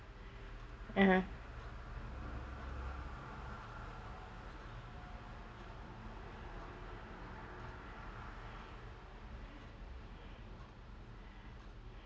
(uh huh)